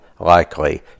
likely